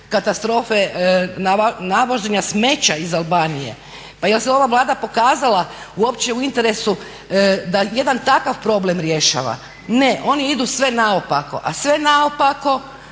katastrofe navoženja smeća iz Albanije? Pa jel se ova Vlada pokazala uopće u interesu da jedan takav problem rješava? Ne, oni idu sve naopako, a sve naopako